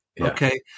Okay